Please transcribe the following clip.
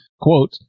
Quote